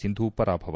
Sindhu ಪರಾಭವ